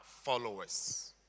followers